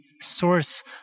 source